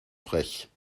frech